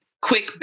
Quick